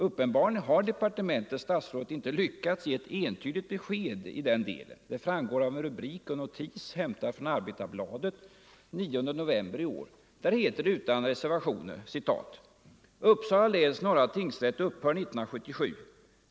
Uppenbarligen har departementet och statsrådet inte lyckats ge ett entydigt besked i den delen. Det framgår av en rubrik och notis som jag hämtat från Arbetarbladet den 9 november i år, där det utan reservationer heter: ”Uppsala läns norra tingsrätt upphör 1977.